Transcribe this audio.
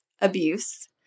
abuse